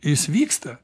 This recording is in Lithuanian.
jis vyksta